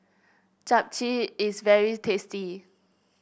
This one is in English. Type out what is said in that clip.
Japchae is very tasty